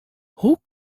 hoe